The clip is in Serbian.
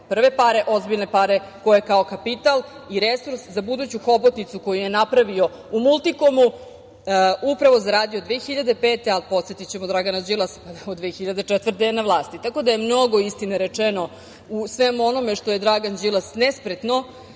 Prve pare, ozbiljne pare, koje je kao kapital i resurs za buduću hobotnicu koju je napravio u „Multikomu“, upravo zaradio 2005. godine, a podsetićemo, Dragan Đilasa od 2004. godine je na vlasti. Tako da je mnogo istine rečeno u svemu onome što je Dragan Đilas nespretno